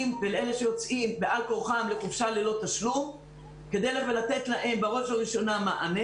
ולאלה שיוצאים בעל כורחם לחופשה ללא תשלום כדי לתת להם מענה.